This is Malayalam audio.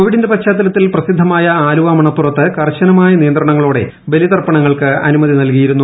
കോവിഡിന്റെ പശ്ചാത്തലത്തിൽ പ്രസിദ്ധമായ ആലുവ മണപ്പുറത്ത് കർശനമായ നിയന്ത്രണങ്ങളോടെ ബലിതർപ്പണങ്ങൾക്ക് അനുമതി നൽകിയിരുന്നു